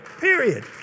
Period